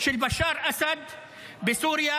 של בשאר אסד בסוריה,